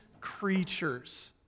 creatures